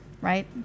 right